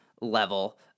level